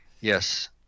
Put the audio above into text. yes